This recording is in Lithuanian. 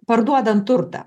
parduodant turtą